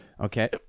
Okay